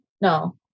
No